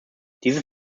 dieses